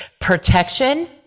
protection